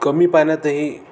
कमी पाण्यातही